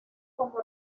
como